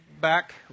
back